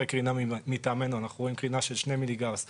קרינה מטעמנו אנחנו רואים קרינה של 2 מיליגאוס ,